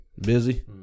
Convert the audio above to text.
Busy